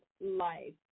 life